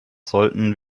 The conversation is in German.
sollten